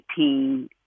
18